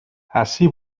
ací